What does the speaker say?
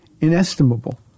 inestimable